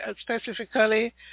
specifically